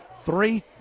Three